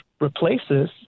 replaces